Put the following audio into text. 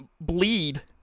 bleed